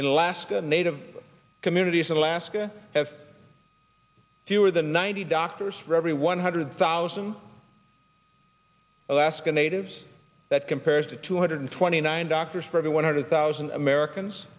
in alaska native communities in alaska have fewer than ninety doctors for every one hundred thousand alaskan natives that compares to two hundred twenty nine doctors for every one hundred thousand americans